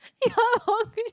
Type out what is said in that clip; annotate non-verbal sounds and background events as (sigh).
(laughs)